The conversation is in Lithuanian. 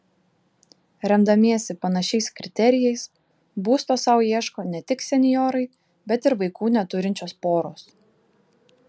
remdamiesi panašiais kriterijais būsto sau ieško ne tik senjorai bet ir vaikų neturinčios poros